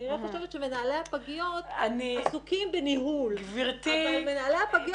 כנראה את חושבת שמנהלי הפגיות עסוקים בניהול אבל זה לא כך.